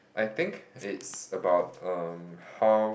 I think it's about um how